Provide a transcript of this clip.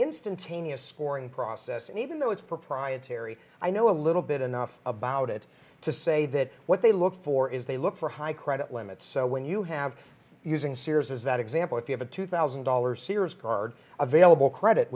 instantaneous scoring process and even though it's proprietary i know a little bit enough about it to say that what they look for is they look for high credit limit so when you have using sears is that example if you have a two thousand dollars sears card available credit